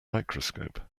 microscope